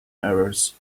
errors